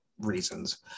reasons